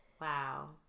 Wow